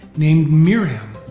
named miram.